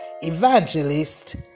evangelist